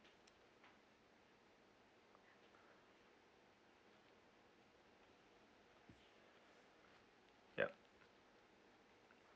yup